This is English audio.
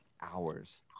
hours